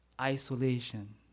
isolation